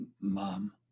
Mom